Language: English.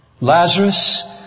Lazarus